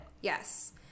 yes